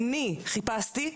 אני חיפשתי,